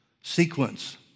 sequence